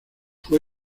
fue